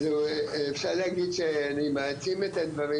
אז אפשר להגיד שאני מעצים את הדברים,